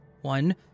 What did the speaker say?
One